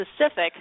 specific